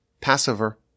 Passover